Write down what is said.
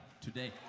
today